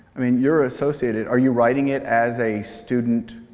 i mean, you're associated. are you writing it as a student,